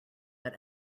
but